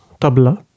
tabla